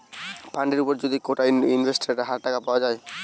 ফান্ডের উপর যদি কোটা ইন্টারেস্টের হার টাকা পাওয়া যায়